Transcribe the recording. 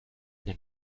den